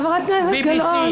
חברת הכנסת גלאון,